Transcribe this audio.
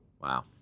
Wow